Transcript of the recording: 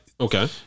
Okay